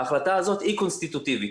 ההחלטה הזאת היא קונסטיטוטיבית,